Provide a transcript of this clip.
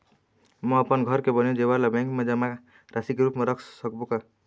म अपन घर के बने जेवर ला बैंक म जमा राशि के रूप म रख सकबो का?